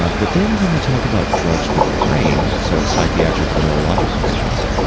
um but then, when you talk about drugs for the brain, so psychiatric and neurologic conditions,